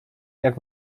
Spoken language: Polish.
jak